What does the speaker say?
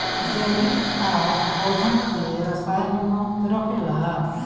जैविक खाद पौधन के रसायन मुक्त रखेला